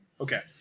Okay